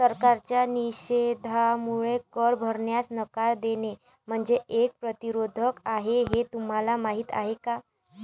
सरकारच्या निषेधामुळे कर भरण्यास नकार देणे म्हणजे कर प्रतिरोध आहे हे तुम्हाला माहीत आहे का